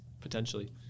potentially